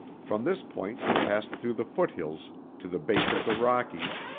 from this point he passed through the foot-hills to the base of the rockies,